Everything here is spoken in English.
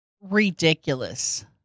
Ridiculous